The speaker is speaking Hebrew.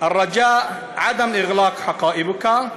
(אומר דברים בשפה הערבית,